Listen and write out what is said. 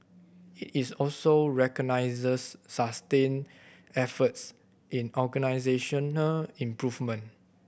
it is also recognises sustained efforts in organisational improvement